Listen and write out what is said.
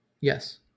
Yes